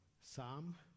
Psalm